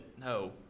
No